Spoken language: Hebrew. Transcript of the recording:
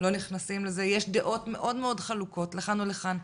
יש דעות מאוד חלוקות לכאן ולכאן.